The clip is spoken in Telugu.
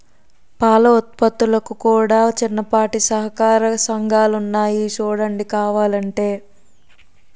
పాల ఉత్పత్తులకు కూడా చిన్నపాటి సహకార సంఘాలున్నాయి సూడండి కావలంటే